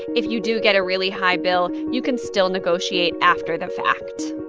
if you do get a really high bill, you can still negotiate after the fact